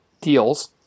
deals